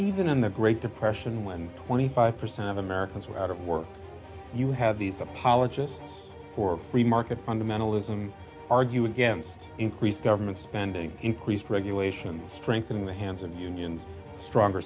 even in the great depression when twenty five percent of americans were out of work you have these apologists for free market fundamentalism argue against increased government spending increased regulation strengthening the hands of unions stronger